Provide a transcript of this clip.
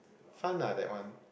fun ah that one